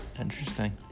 Interesting